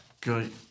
Good